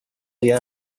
yeah